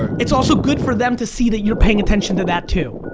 it's also good for them to see that you're paying attention to that too.